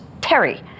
Terry